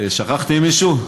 שכחתי מישהו?